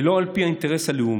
ולא על פי האינטרס הלאומי",